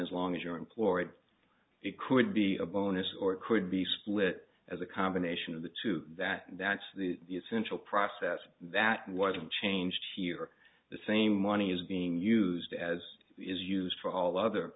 as long as you're employed it could be a bonus or it could be split as a combination of the two that that's the the essential process that wasn't change here the same money is being used as is used for all other